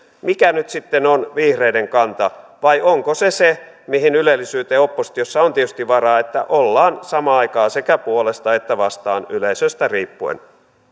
mikä nyt sitten on vihreiden kanta vai onko se se mihin ylellisyyteen oppositiossa on tietysti varaa että ollaan samaan aikaan sekä puolesta että vastaan yleisöstä riippuen